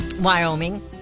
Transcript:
Wyoming